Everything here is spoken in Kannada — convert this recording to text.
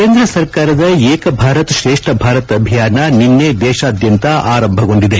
ಕೇಂದ್ರ ಸರ್ಕಾರದ ಏಕ್ ಭಾರತ್ ಶ್ರೇಷ್ಠ್ ಭಾರತ್ ಅಭಿಯಾನ ನಿನ್ನೆ ದೇಶಾದ್ಯಂತ ಆರಂಭಗೊಂಡಿದೆ